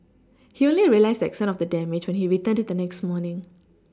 he only realised the extent of the damage when he returned the next morning